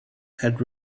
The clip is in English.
had